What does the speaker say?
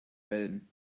wellen